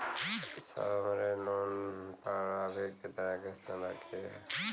साहब हमरे लोन पर अभी कितना किस्त बाकी ह?